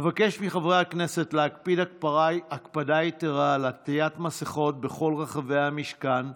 אבקש מחברי הכנסת להקפיד הקפדה יתרה על עטיית מסכות בכל רחבי המשכן,